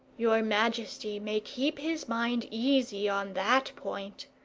your majesty may keep his mind easy on that point,